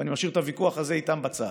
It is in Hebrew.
אני משאיר את הוויכוח הזה איתם בצד.